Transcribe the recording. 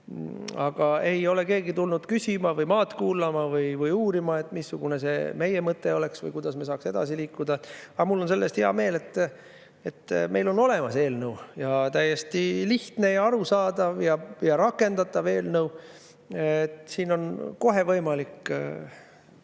Aga ei ole keegi tulnud küsima, maad kuulama või uurima, missugune see meie mõte oleks või kuidas me saaks edasi liikuda. Aga mul on selle eest hea meel, et meil on olemas eelnõu, täiesti lihtne, arusaadav ja rakendatav eelnõu. Siin on kohe võimalik